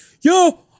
yo